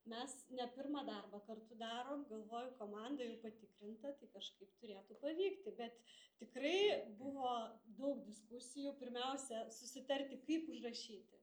mes ne pirmą darbą kartu darom galvoju komanda ir patikrinta tai kažkaip turėtų pavykti bet tikrai buvo daug diskusijų pirmiausia susitarti kaip užrašyti